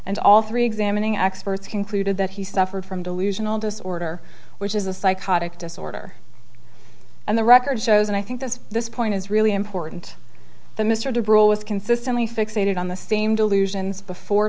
and all three examining experts concluded that he suffered from delusional disorder which is a psychotic disorder and the record shows and i think this this point is really important the mr du bruel was consistently fixated on the same delusions before